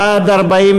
העבודה,